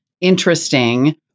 interesting